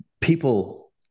people